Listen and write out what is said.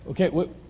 Okay